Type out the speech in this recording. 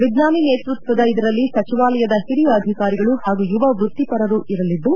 ವಿಜ್ಞಾನಿ ನೇತೃತ್ವದ ಇದರಲ್ಲಿ ಸಚಿವಾಲಯದ ಹಿರಿಯ ಅಧಿಕಾರಿಗಳು ಹಾಗೂ ಯುವ ವೃತ್ತಿಪರರರು ಇರಲಿದ್ದು